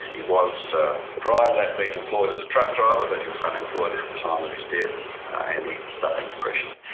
he was prior to that employed as a truck driver but he was unemployed at the time of his death and he was suffering depression.